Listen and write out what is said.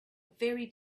very